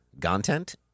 content